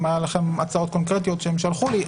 גם היו לכם הצעות קונקרטיות שנשלחו אלי.